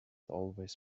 always